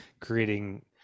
creating